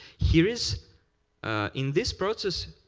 here is in this process,